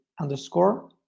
underscore